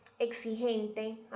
exigente